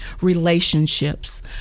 Relationships